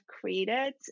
created